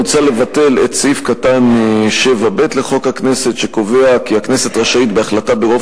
מוצע לבטל את סעיף 7(ב) לחוק הכנסת שקובע שהכנסת רשאית בהחלטת רוב